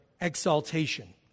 exaltation